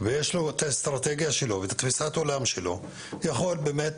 ויש לו את האסטרטגיה שלו ואת תפיסת העולם שלו יכול באמת